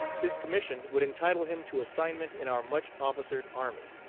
his commission would entitle him to assignment in our much-officered army,